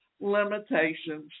limitations